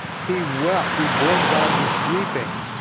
he wept, he broke down just weeping.